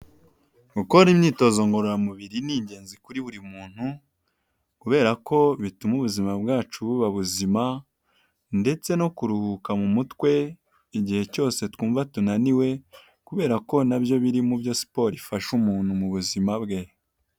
Gukora imyitozo ngororamubiri n’ ingenzi kuri buri muntu, kubera ko bituma ubuzima bwacu buba buzima, ndetse no kuruhuka mu mutwe igihe cyose twumva tunaniwe, kubera ko nabyo biri mu byo siporo ifasha umuntu mu buzima bwe.